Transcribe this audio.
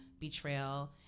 betrayal